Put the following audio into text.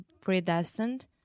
predestined